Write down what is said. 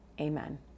amen